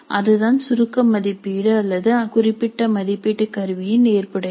அதுதான் சுருக்க மதிப்பீடு அல்லது குறிப்பிட்ட மதிப்பீட்டு கருவியின் ஏற்புடைமை